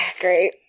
great